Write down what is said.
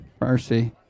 Mercy